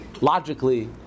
logically